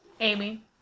Amy